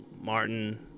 Martin